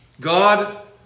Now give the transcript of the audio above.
God